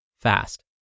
fast